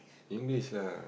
English lah